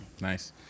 Nice